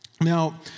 Now